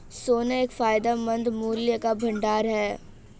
सोना एक फायदेमंद मूल्य का भंडार है